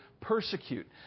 persecute